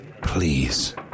please